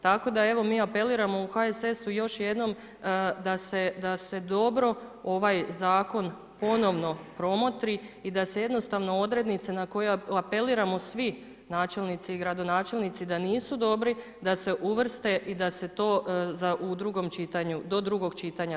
Tako da evo mi apeliramo u HSS-u još jednom da se dobro ovaj zakon ponovno promotri i da se jednostavno odrednice na koje apeliramo svi načelnici i gradonačelnici da nisu dobri da se uvrste i da se to do drugog čitanja da se izmijeni.